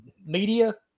media